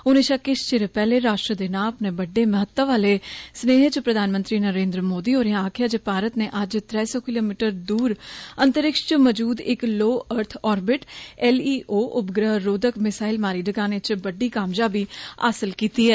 उनें षा किष चिरे पैहले राश्ट्र दे नां अपने बड्डे महत्व आहले स्नेह च प्रधानमंत्री नरेन्द्र मोदी होरें आक्खेआ जे भारत ने अज्ज त्रै सौ किलोमीटर दूर अंतरिक्ष च मौजूद इक ष्स्वू म्तजी व्तइपजष् उपग्रेह रोधक मिसाईल मारी डगाने च बड़ी कामयाबी हासल किती ऐ